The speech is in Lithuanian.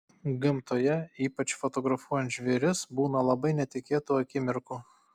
gamtoje ypač fotografuojant žvėris būna labai netikėtų akimirkų